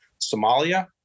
Somalia